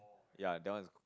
ya that one is